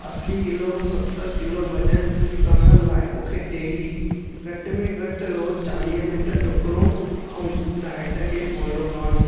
असीं किलो खां सतरि किलो वज़न करण लाइ मूंखे डेली घटि में घटि रोज चालीह मिंट डुकणो ऐं डाइट खे फॉलो करणो